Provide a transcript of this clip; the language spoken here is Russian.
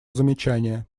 замечания